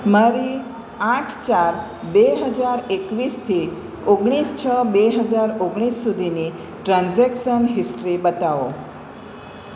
મારી આઠ ચાર બે હજાર એકવીસથી ઓગણીસ છ બે હજાર ઓગણીસ સુધીની ટ્રાન્ઝેક્સન હિસ્ટ્રી બતાવો